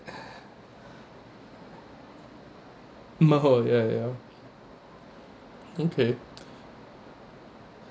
meho ya ya okay